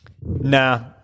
Nah